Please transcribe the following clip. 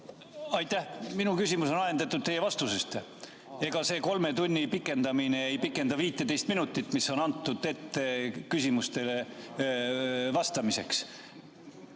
Aitäh! Minu küsimus on ajendatud teie vastusest. Ega see kolmetunnise [istungi] pikendamine ei pikenda 15 minutit, mis on antud küsimustele vastamiseks.